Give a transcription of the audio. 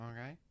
Okay